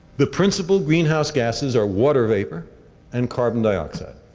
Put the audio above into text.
the principal greenhouse gases are water vapor and carbon dioxide.